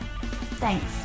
Thanks